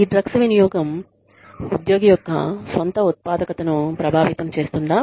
ఈ డ్రగ్స్ వినియోగం ఉద్యోగి యొక్క సొంత ఉత్పాదకతను ప్రభావితం చేస్తుందా